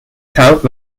south